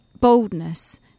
boldness